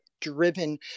driven